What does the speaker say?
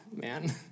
man